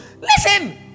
listen